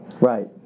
Right